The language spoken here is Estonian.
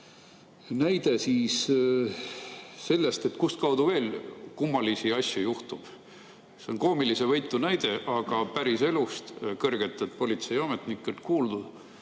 näide siis sellest, kus veel kummalisi asju juhtub. See on koomilisevõitu näide, aga päriselust ja kõrgetelt politseiametnikelt kuuldud.